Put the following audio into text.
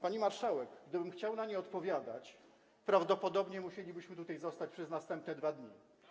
Pani marszałek, gdybym chciał na nie odpowiadać, prawdopodobnie musielibyśmy tutaj zostać przez następne 2 dni.